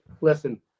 Listen